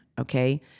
Okay